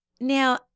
Now